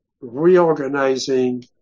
reorganizing